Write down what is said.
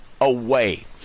away